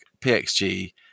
pxg